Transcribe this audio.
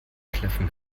kläffen